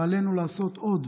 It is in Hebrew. ועלינו לעשות עוד